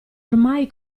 ormai